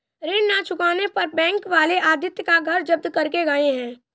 ऋण ना चुकाने पर बैंक वाले आदित्य का घर जब्त करके गए हैं